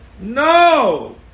No